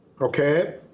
Okay